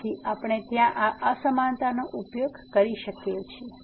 તેથી આપણે ત્યાં આ અસમાનતાનો ઉપયોગ કરી શકીએ છીએ